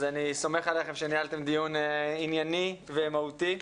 אז אני סומך עליכם שניהלתם דיון ענייני ומהותי.